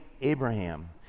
Abraham